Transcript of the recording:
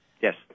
Yes